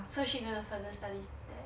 so she going to further studies there